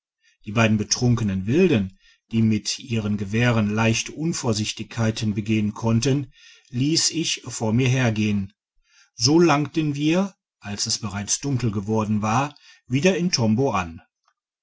die beiden betrunkenen wilden die mit ihren gewehren leicht unvorsichtigkeiten begehen konnten liess ich vor mir hergehen so langten wir als es bereits dunkel geworden war wieder in tombo an